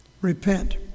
Repent